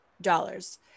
dollars